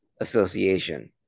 Association